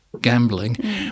gambling